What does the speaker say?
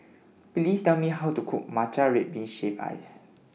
Please Tell Me How to Cook Matcha Red Bean Shaved Ice